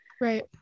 right